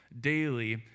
daily